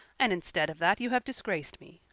and instead of that you have disgraced me.